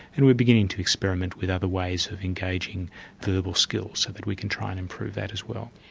and we are beginning to experiment with other ways of engaging verbal skills so that we can try and improve that as well.